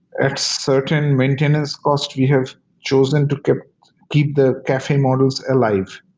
at certain maintenance cost we have chosen to keep keep the cafe models alive.